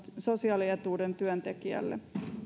sosiaalietuuden työntekijälle